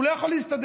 הוא לא יכול להסתדר.